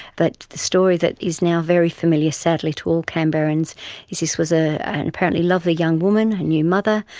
but the story that is now very familiar, sadly, to canberrans is this was ah an apparently lovely young woman, a new mother,